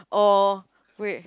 oh wait